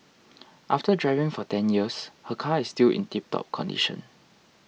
after driving for ten years her car is still in tiptop condition